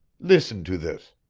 listen to this!